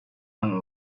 and